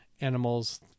animals